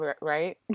Right